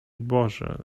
boże